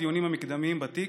הדיונים המקדמיים בתיק.